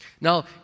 Now